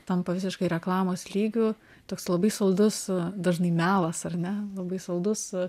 tampa visiškai reklamos lygiu toks labai saldus dažnai melas ar ne labai saldus